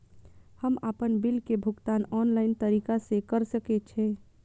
हम आपन बिल के भुगतान ऑनलाइन तरीका से कर सके छी?